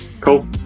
Cool